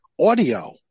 audio